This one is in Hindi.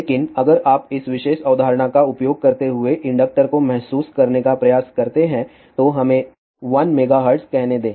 लेकिन अगर आप इस विशेष अवधारणा का उपयोग करते हुए इंडक्टर को महसूस करने का प्रयास करते हैं तो हमें 1 मेगाहर्ट्ज कहने दें